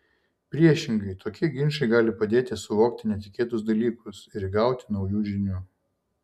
priešingai tokie ginčai gali padėti suvokti netikėtus dalykus ir įgauti naujų žinių